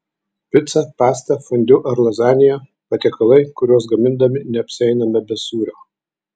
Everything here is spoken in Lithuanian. pica pasta fondiu ar lazanija patiekalai kuriuos gamindami neapsieiname be sūrio